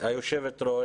גברתי היו"ר,